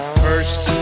first